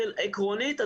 עקרונית,